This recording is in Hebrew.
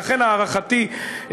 ולכן הערכתי,